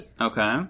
Okay